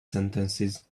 sentences